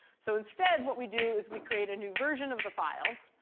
so instead what we do is we create a new version of the file,